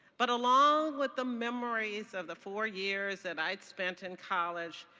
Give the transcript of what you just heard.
but along with the memories of the four years that i'd spent in college,